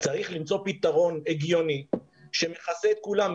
צריך למצוא פתרון הגיוני שמכסה את כולם,